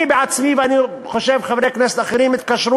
אני עצמי, ואני חושב שגם חברי כנסת אחרים התקשרו,